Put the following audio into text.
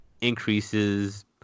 increases